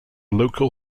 local